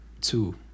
two